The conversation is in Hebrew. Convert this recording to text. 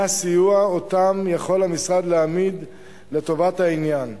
הסיוע שאותם יכול המשרד להעמיד לטובת העניין.